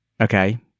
Okay